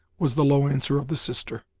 was the low answer of the sister.